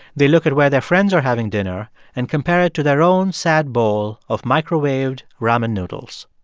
they look at where their friends are having dinner and compare it to their own sad bowl of microwaved ramen noodles.